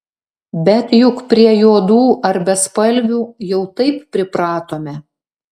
bet juk prie juodų ar bespalvių jau taip pripratome